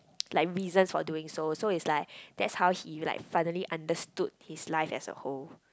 like reasons for doing so so it's like that's how he like finally understood his life as a whole